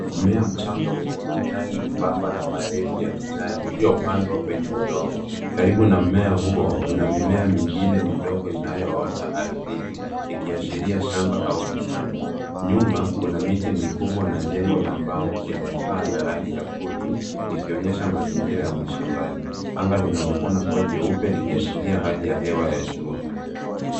Mmea mchanga wenye majani membamba na marefu ya kijani, uliopandwa kwenye udongo. Karibu na mmea huo, kuna mimea mingine midogo inayoota ardhini, ikiashiria shamba au bustani. Nyuma, kuna miti mikubwa na jengo la mbao lenye paa ya rangi ya kutu, likionyesha mazingira ya mashambani. Anga linaonekana kuwa jeupe, likiashiria hali ya hewa ya jua.